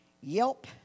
Yelp